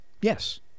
Yes